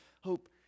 Hope